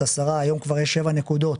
היום כבר יש שבע נקודות